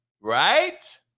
right